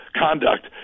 conduct